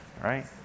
right